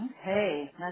Okay